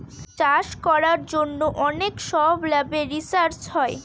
চাষ করার জন্য অনেক সব ল্যাবে রিসার্চ হয়